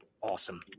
Awesome